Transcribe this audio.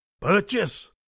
Purchase